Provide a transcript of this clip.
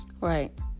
right